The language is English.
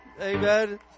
amen